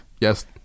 Yes